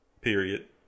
Period